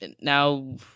now